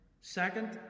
Second